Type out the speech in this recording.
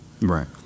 Right